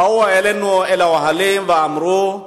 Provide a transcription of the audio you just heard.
באו אלינו לאוהלים ואמרו: